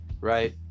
right